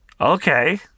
Okay